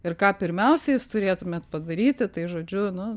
ir ką pirmiausia jūs turėtumėt padaryti tai žodžiu nu